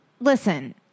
listen